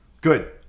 good